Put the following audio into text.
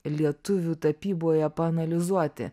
lietuvių tapyboje paanalizuoti